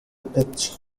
pitch